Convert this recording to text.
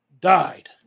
died